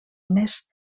més